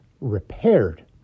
repaired